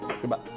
goodbye